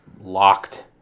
locked